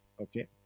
Okay